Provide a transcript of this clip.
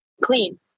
clean